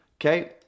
okay